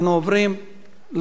החוק התקבל בקריאה